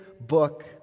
book